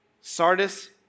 Sardis